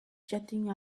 jetting